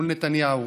מול נתניהו.